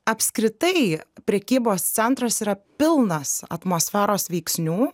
apskritai prekybos centras yra pilnas atmosferos veiksnių